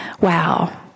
wow